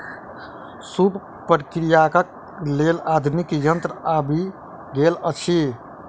सूप प्रक्रियाक लेल आधुनिक यंत्र आबि गेल अछि